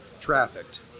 trafficked